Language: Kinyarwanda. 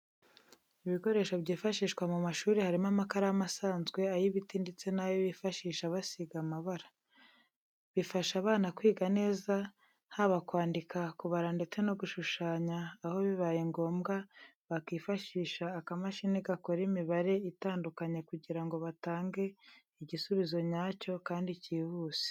Ibikoresho byifashishwa mu ishuri harimo amakaramu asanzwe, ay'ibiti ndetse n'ayo bifashisha basiga amabara. Bifasha abana kwiga neza haba kwandika, kubara ndetse no gushushanya, aho bibaye ngombwa bakifashisha akamashini gakora imibare itandukanye kugira ngo batange igisubizo nyacyo kandi kihuse.